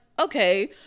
okay